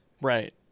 Right